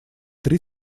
три